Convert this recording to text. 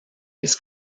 his